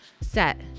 set